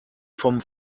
vom